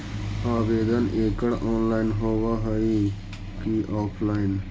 आवेदन एकड़ ऑनलाइन होव हइ की ऑफलाइन?